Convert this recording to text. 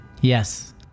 Yes